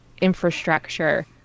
infrastructure